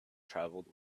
travelled